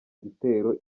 gitero